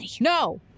No